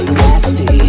nasty